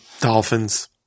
Dolphins